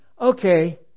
okay